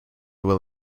will